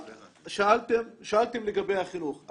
שאלתם לגבי החינוך.